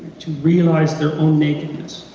to realize their own nakedness,